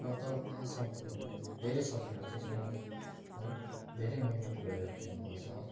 र तर त्यहाँसम्म पुग्नु पनि धेरै सजिलो चाहिँ छैन है धेरै मिहिनेत गरेर पुग्नुपर्छ